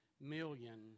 million